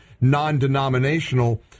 non-denominational